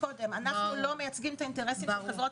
אנו לא מייצגים את האינטרסים של חברות